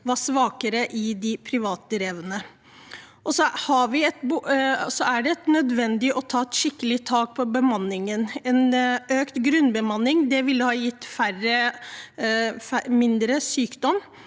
var svakere i de privatdrevne. Det er nødvendig å ta et skikkelig tak i bemanningen. En økt grunnbemanning ville ha gitt mindre sykdom